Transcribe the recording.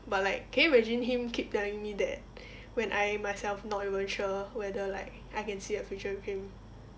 but like can you imagine him keep telling me that when I myself not even sure whether like I can see a future with him